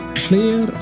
clear